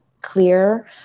clear